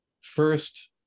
First